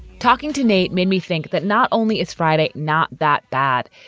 talking to nate made me think that not only is friday not that bad,